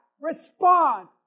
Respond